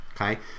okay